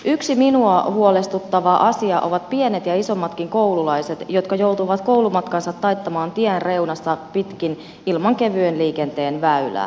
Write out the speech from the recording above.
yksi minua huolestuttava asia ovat pienet ja isommatkin koululaiset jotka joutuvat koulumatkansa taittamaan tienreunaa pitkin ilman kevyen liikenteen väylää